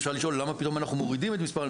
אפשר לשאול למה פתאום אנחנו מורידים את מספר הנתיחות,